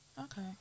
Okay